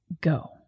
go